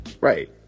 Right